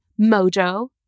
mojo